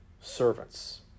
servants